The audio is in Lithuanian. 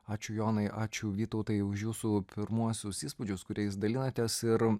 ačiū jonai ačiū vytautai už jūsų pirmuosius įspūdžius kuriais dalinatės ir